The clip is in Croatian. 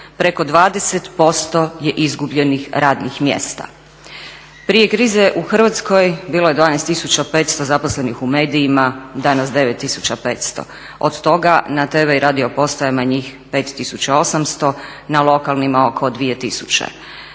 Preko 20% je izgubljenih radnih mjesta. Prije krize u Hrvatskoj bilo je 12 500 zaposlenih u medijima, danas 9500. Od toga na tv i radio postajama njih 5800, na lokalnima oko 2000.